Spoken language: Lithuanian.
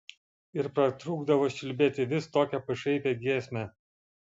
ir pratrūkdavo čiulbėti vis tokią pašaipią giesmę